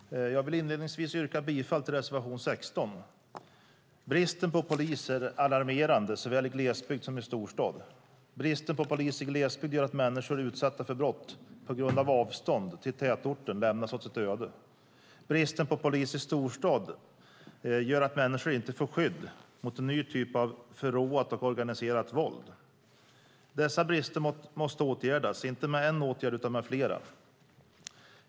Herr talman! Jag vill inledningsvis yrka bifall till reservation 16. Bristen på polis är alarmerande såväl i glesbygd som i storstad. Bristen på polis i glesbygd gör att människor utsatta för brott lämnas åt sitt öde på grund av avstånden till tätorten. Bristen på polis i storstad gör att människor inte får skydd mot en ny typ av förråat och organiserat våld. Dessa brister måste åtgärdas, inte med en åtgärd utan med flera.